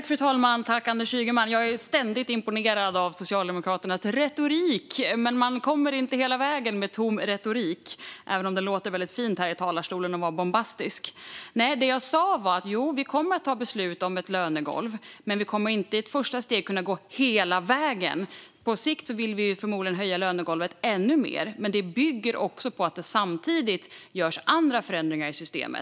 Fru talman! Jag är ständigt imponerad av Socialdemokraternas retorik. Men man kommer inte hela vägen med tom retorik, även om det låter väldigt fint här i talarstolen när man är bombastisk. Det jag sa var att vi kommer att ta beslut om ett lönegolv, men vi kommer inte i ett första steg att kunna gå hela vägen. På sikt vill vi förmodligen höja lönegolvet ännu mer, men det bygger också på att det samtidigt görs andra förändringar i systemet.